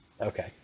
Okay